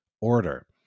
order